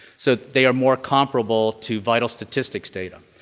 so they are more comparable to vital statistics data.